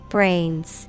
Brains